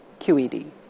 QED